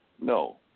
No